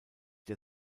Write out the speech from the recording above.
der